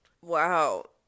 wow